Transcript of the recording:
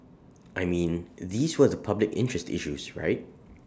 I mean these were the public interest issues right